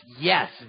yes